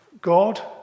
God